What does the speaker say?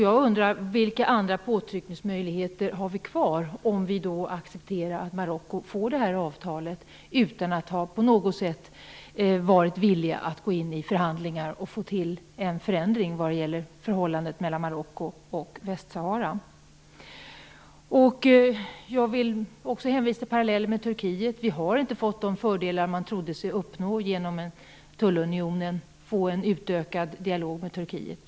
Jag undrar vilka påtryckningsmöjligheter vi har kvar om vi accepterar att Marocko får detta avtal utan att landet på något sätt har varit villigt att gå in i förhandlingar för att få till stånd en förändring när det gäller förhållandet till Jag vill också hänvisa till parallellen med Turkiet. Vi har inte fått de fördelar i form av en utökad dialog med Turkiet som man trodde sig kunna uppnå genom tullunionen.